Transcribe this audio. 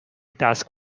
task